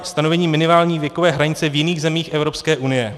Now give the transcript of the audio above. Stanovení minimální věkové hranice v jiných zemích Evropské unie.